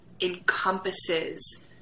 encompasses